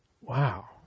Wow